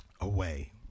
away